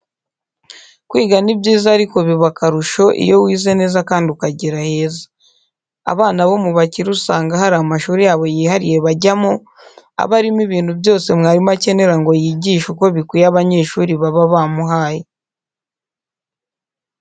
Kwiga ni byiza, ariko bikaba akarusho iyo wize neza kandi ukugira heza. Abana bo mu bakire usanga hari amashuri yabo yihariye bajyamo, aba arimo ibintu byose mwarimu akenera ngo yigishe uko bikwiye abanyeshuri baba bamuhaye.